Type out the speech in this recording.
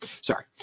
sorry